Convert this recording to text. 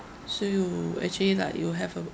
so you actually like you have a